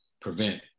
prevent